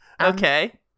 Okay